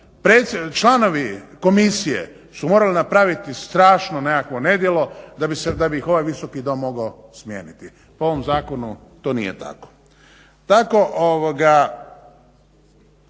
članovi komisije su morali napraviti strašno nekakvo nedjelo da bi ih ovaj Visoki dom mogao smijeniti. Po ovom zakonu to nije tako.